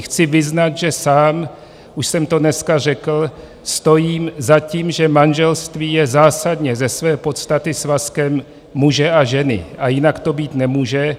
Chci vyznat, že sám, už jsem to dneska řekl, stojím za tím, že manželství je zásadně ze své podstaty svazkem muže a ženy a jinak to být nemůže.